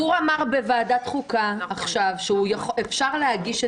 הוא אמר בוועדת חוקה עכשיו שאפשר להגיש את